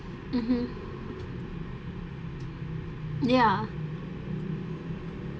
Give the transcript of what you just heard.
mmhmm ya